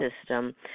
system